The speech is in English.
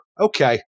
okay